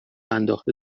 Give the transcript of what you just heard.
انداخته